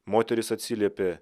moteris atsiliepė